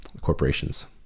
corporations